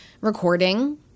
recording